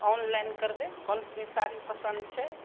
online करबै कोनसुनी साड़ी पसन्द छै